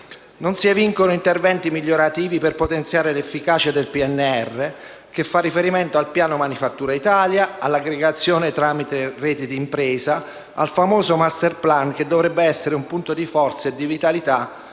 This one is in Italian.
Non si evincono interventi migliorativi per potenziare l'efficacia del PNR, che fa riferimento al piano manifattura Italia, all'aggregazione tramite rete d'impresa, al famoso *masterplan*, che dovrebbe essere un punto di forza e di vitalità